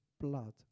blood